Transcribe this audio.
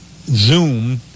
Zoom